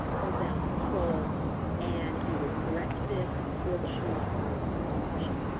hold down control and either correct this or choose more than one option.